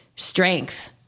strength